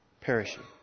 perishing